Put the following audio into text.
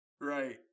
right